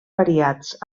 variats